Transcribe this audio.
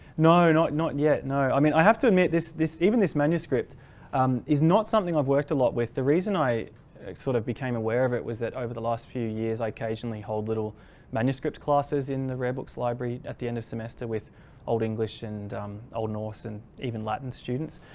no not not yet no i mean i have to admit this this even this manuscript um is not something i've worked a lot with. the reason i sort of became aware of it was that over the last few years i occasionally hold little manuscript classes in the rare books library at the end of semester with old english and old norse and even latin students.